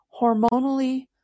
hormonally